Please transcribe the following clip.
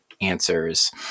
answers